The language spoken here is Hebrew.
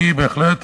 אני בהחלט,